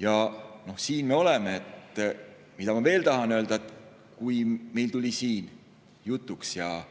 Ja siin me oleme. Mida ma veel tahan öelda, et meil tuli siin jutuks ja